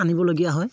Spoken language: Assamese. আনিবলগীয়া হয়